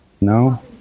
No